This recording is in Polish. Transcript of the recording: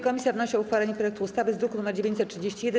Komisja wnosi o uchwalenie projektu ustawy z druku nr 931.